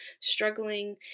struggling